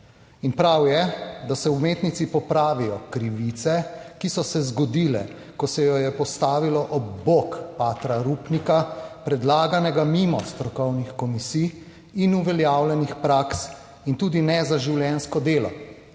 prav je, da se v umetnici popravijo krivice, ki so se zgodile, ko se jo je postavilo ob bok patra Rupnika, predlaganega mimo strokovnih komisij in uveljavljenih praks in tudi ne za življenjsko delo,